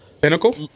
Pinnacle